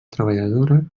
treballadora